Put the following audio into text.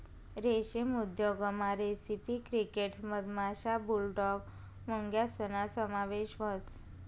रेशीम उद्योगमा recipe crickets मधमाशा, बुलडॉग मुंग्यासना समावेश व्हस